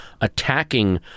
attacking